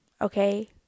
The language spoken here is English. Okay